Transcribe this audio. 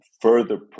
further